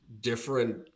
different